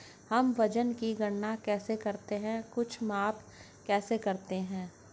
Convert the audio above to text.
हम वजन की गणना कैसे करते हैं और कुछ माप कैसे करते हैं?